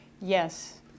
Yes